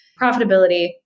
profitability